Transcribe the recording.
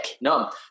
No